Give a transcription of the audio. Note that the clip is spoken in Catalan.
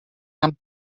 amb